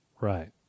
right